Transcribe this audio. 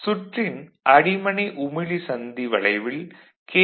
சுற்றின் அடிமனை உமிழி சந்தி வளைவில் கே